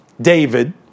David